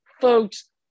folks